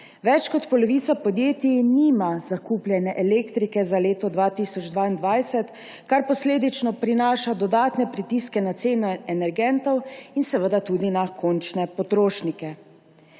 Več kot polovica podjetij nima zakupljene elektrike za leto 2022, kar posledično prinaša dodatne pritiske na ceno energentov in seveda tudi na končne potrošnike.